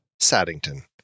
Saddington